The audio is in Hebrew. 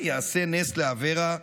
שייעשה נס לאברה,